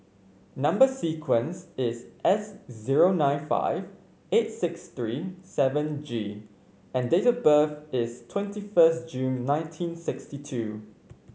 number sequence is S zero nine five eight six three seven G and date of birth is twenty first June nineteen sixty two